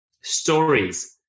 stories